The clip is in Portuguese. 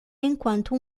enquanto